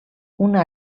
una